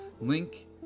link